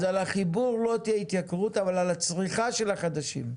אז על החיבור לא תהיה התייקרות אבל הצריכה של החדשים כן.